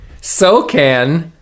SoCan